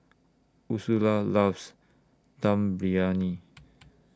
Ursula loves Dum Briyani